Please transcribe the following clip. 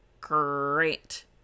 Great